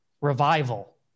revival